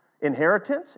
Inheritance